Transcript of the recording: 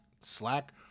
Slack